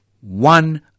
One